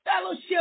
fellowship